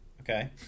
Okay